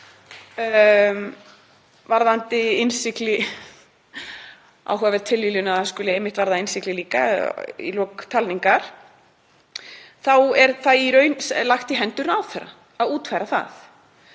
varðandi innsigli, áhugaverð tilviljun að það skuli einmitt varða innsigli líka í lok talningar, en þá er það í raun lagt í hendur ráðherra að útfæra það.